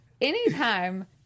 anytime